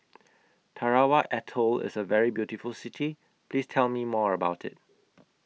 Tarawa Atoll IS A very beautiful City Please Tell Me More about IT